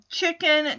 chicken